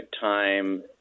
time